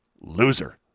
loser